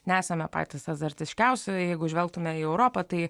nesame patys azartiškiausi jeigu žvelgtume į europą tai